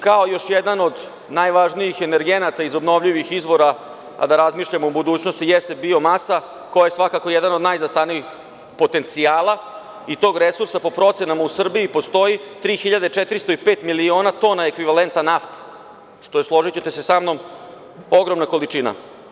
Kao još jedan od najvažnijih energenata iz obnovljivih izvora, a da razmišljamo o budućnosti, jeste biomasa, koja je svakako jedan od najneizostavnijih potencijala i tog resursa, po procenama, u Srbiji postoji 3.405 miliona tona ekvivalenta nafti, što je, složićete se sa mnom, ogromna količina.